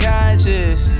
conscious